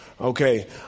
Okay